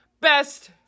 best